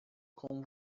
com